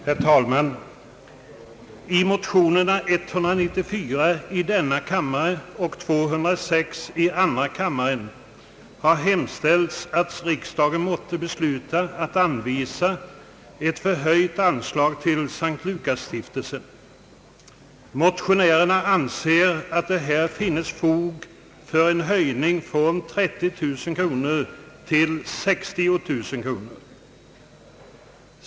Herr talman! I motionerna I: 194 och 11: 206 har hemställts att riksdagen måtte besluta anvisa ett förhöjt anslag till S:t Lukasstiftelsen. Motionärerna anser att det här finnes fog för en höjning från 30 000 till 60 000 kronor.